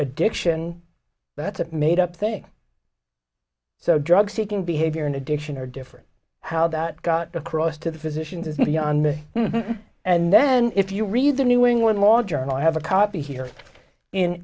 addiction that's a made up thing so drug seeking behavior and addiction are different how that got across to the physicians is beyond me and then if you read the new england law journal i have a copy here in